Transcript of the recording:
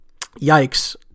yikes